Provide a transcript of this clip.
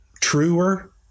truer